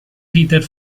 peter